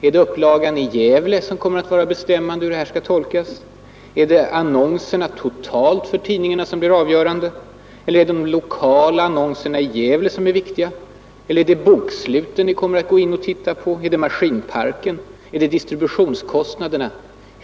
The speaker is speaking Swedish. Är det upplagan i Gävle som kommer att vara bestämmande för hur det här skall tolkas? Är det annonserna totalt för tidningarna som blir avgörande? Är det de lokala annonserna i Gävle som är viktiga? Eller är det boksluten som ni kommer att gå in i och titta på? Är det maskinparken? Är det distributionskostnaderna?